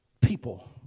People